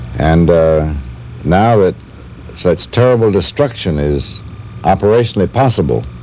and now that such terrible destruction is operationally possible,